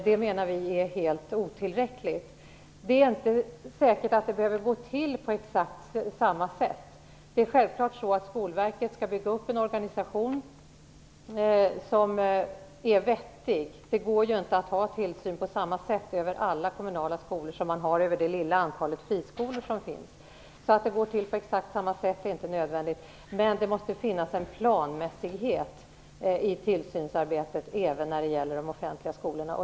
Det är inte säkert att tillsynen behöver gå till på exakt samma sätt. Självfallet skall Skolverket bygga upp en organisation som är vettig. Det går ju inte att ha tillsyn över alla kommunala skolor på samma sätt som man har över det lilla antal friskolor som finns. Men det måste finnas en planmässighet i tillsynsarbetet även när det gäller de offentliga skolorna.